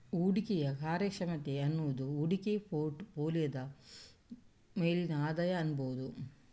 ಹೂಡಿಕೆಯ ಕಾರ್ಯಕ್ಷಮತೆ ಅನ್ನುದು ಹೂಡಿಕೆ ಪೋರ್ಟ್ ಫೋಲಿಯೋದ ಮೇಲಿನ ಆದಾಯ ಅನ್ಬಹುದು